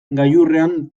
gailurrean